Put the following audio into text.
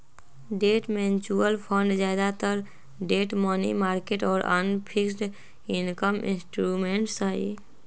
debt mutual fund ज्यादातर debt, money market और अन्य फिक्स्ड इनकम इंस्ट्रूमेंट्स हई